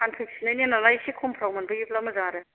फानफैफिननायनि नालाय एसे खमफ्राव मोनबोयोबा मोजां आरो